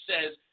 says